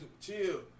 chill